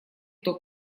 кто